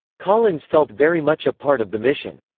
collins felt very much a part of the mission.